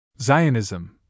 Zionism